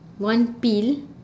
one peel